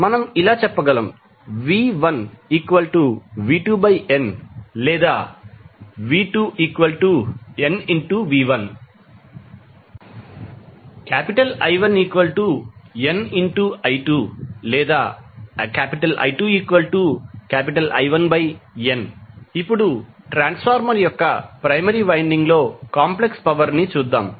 మనం చెప్పగలము V1V2nలేదా V2nV1 I1nI2లేదా I2I1n ఇప్పుడు ట్రాన్స్ఫార్మర్ యొక్క ప్రైమరీ వైండింగ్ లో కాంప్లెక్స్ పవర్ ని చూద్దాం